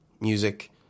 music